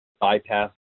bypass